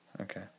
Okay